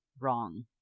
wrong